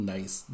Nice